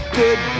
good